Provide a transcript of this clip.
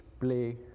play